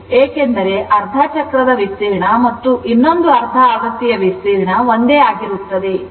ಏಕೆಂದರೆ ಅರ್ಧ ಚಕ್ರದ ವಿಸ್ತೀರ್ಣ ಮತ್ತು ಇನ್ನೊಂದು ಅರ್ಧ ಆವೃತ್ತಿಯ ವಿಸ್ತೀರ್ಣ ಒಂದೇ ಆಗಿರುತ್ತದೆ